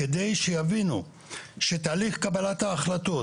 כדי שיבינו שתהליך קבלת ההחלטות,